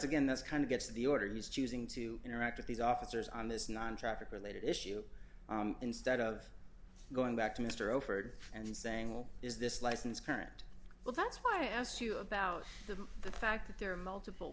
again that's kind of gets the order he's choosing to interact with these officers on this non traffic related issue instead of going back to mr overton and saying well is this license current well that's why i asked you about the the fact that there are multiple